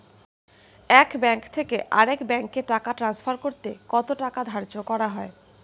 এক ব্যাংক থেকে আরেক ব্যাংকে টাকা টান্সফার করতে কত টাকা ধার্য করা হয়?